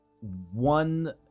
one